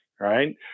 right